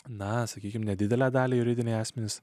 na sakykime nedidelę dalį juridiniai asmenys